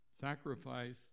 sacrifice